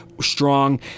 strong